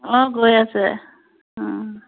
অঁ গৈ আছে